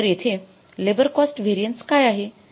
तर येथे labour cost variance काय आहे